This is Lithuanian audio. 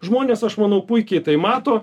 žmonės aš manau puikiai tai mato